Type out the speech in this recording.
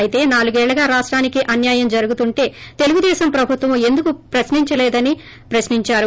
అయితే నాలుగేళ్ళుగా రాష్టానికి అన్నాయం జరుగుతుంటే తెలుగుదేశం ప్రభుత్వం ఎందుకు పట్టించుకోలేదని ప్రుశ్ని ంచారు